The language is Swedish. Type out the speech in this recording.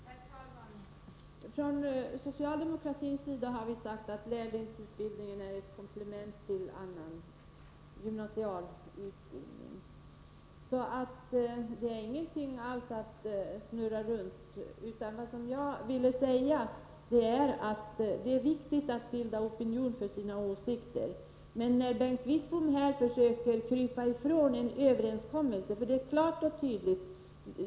Herr talman! Från socialdemokratins sida har vi sagt att lärlingsutbildningen är ett komplement till annan gymnasial utbildning. Det är alltså inte på något sätt fråga om att ”snurra runt”. Vad jag ville säga var att det är viktigt att skapa opinion för sina åsikter. Men Bengt Wittbom försöker här komma ifrån en överenskommelse.